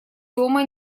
дома